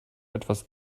etwas